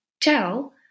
tell